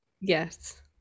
Yes